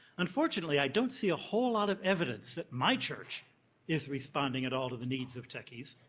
unfortunately, i don't see a whole lot of evidence that my church is responding at all to the needs of techies.